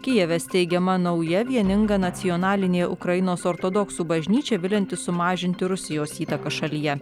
kijeve steigiama nauja vieninga nacionalinė ukrainos ortodoksų bažnyčia viliantis sumažinti rusijos įtaką šalyje